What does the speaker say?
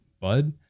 Bud